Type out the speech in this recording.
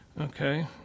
Okay